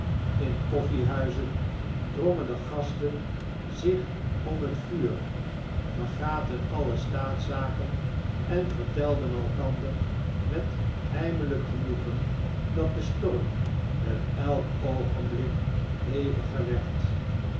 in koffiehuizen drongen de gasten zich om het vuur vergaten alle staatszaken en vertelden elkander met heimelijk genoegen dat de storm met elk oogenblik heviger werd